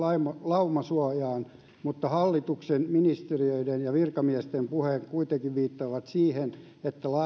laumasuojaan mutta hallituksen ministeriöiden ja virkamiesten puheet kuitenkin viittaavat siihen että